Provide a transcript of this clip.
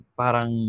parang